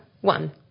one